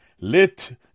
Let